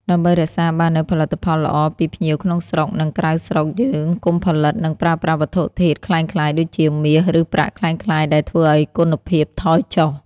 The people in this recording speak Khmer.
ដើម្បីរក្សាបាននូវផលិតផលល្អពីភ្ញៀវក្នុងស្រុកនិងក្រៅស្រុកយើងកុំផលិតនិងប្រើប្រាស់វត្ថុធាតុក្លែងក្លាយដូចជា មាស ឬប្រាក់ក្លែងក្លាយដែលធ្វើឲ្យគុណភាពថយចុះ។